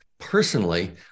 Personally